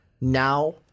now